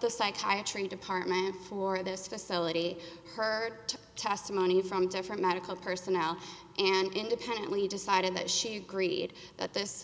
the psychiatry department for this facility hurt testimony from different medical personnel and independently decided that she agreed that this